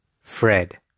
Fred